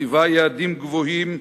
מציבה יעדים גבוהים,